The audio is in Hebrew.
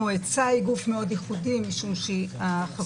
המועצה היא גוף מאוד ייחודי משום שחברי